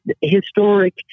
historic